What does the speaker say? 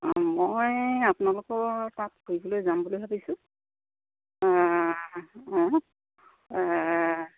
অঁ মই আপোনালোকৰ তাত ফুৰিবলৈ যাম বুলি ভাবিছোঁ অঁ